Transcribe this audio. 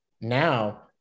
now